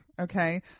Okay